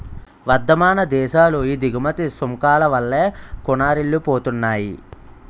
వర్థమాన దేశాలు ఈ దిగుమతి సుంకాల వల్లే కూనారిల్లిపోతున్నాయి